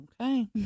Okay